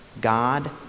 God